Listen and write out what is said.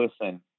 listen